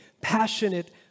passionate